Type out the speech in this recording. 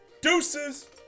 Deuces